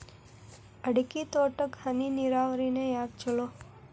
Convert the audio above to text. ಅಡಿಕೆ ತೋಟಕ್ಕ ಹನಿ ನೇರಾವರಿಯೇ ಯಾಕ ಛಲೋ?